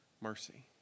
mercy